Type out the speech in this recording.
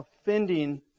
offending